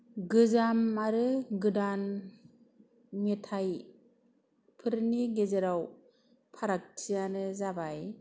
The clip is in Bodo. गोजाम आरो गोदान मेथायफोरनि गेजेराव फारागथियानो जाबाय